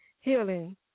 healing